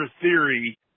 theory